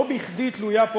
לא בכדי תלויה פה,